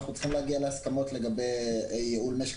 אנחנו צריכים להגיע להסכמות לגבי ייעוד משק